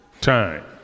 time